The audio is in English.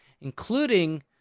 including